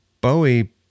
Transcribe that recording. Bowie